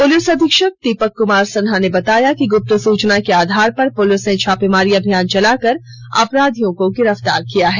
police अधीक्षक दीपक कुमार सिन्हा ने बताया कि गुप्त सूचना के आधार पर पुलिस ने छापेमारी अभियान चलाकर अपराधियों को गिरफ्तार किया है